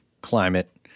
climate